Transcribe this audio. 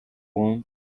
want